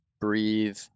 breathe